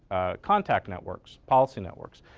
contact networks, policy networks.